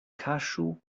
kaŝu